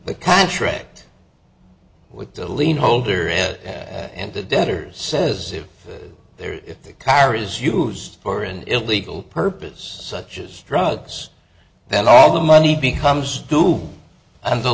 the contract with the lienholder it and the debtors says if they're if the car is used for an illegal purpose such as drugs then all the money becomes due and the